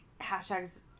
hashtags